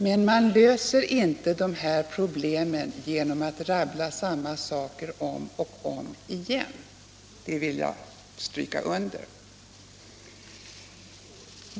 Men man löser inte de här problemen genom att rabbla samma saker om och om igen — det vill jag understryka.